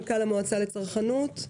מנכ"ל המועצה לצרכנות.